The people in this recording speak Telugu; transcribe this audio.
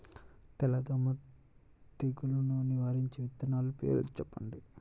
తెల్లదోమ తెగులును నివారించే విత్తనాల పేర్లు చెప్పండి?